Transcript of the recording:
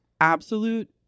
absolute